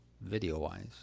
Video-wise